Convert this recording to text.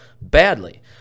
badly